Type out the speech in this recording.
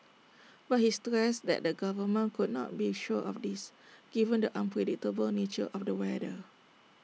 but he stressed that the government could not be sure of this given the unpredictable nature of the weather